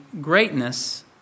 greatness